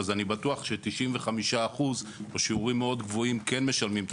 אני בטוח ש-95% או שיעורים מאוד גבוהים כן משלמים את